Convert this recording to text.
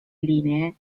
linee